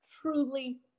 truly